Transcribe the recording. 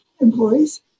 employees